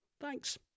Thanks